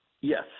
Yes